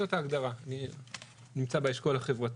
זאת ההגדרה, אני נמצא באשכול החברתי.